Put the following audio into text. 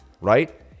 right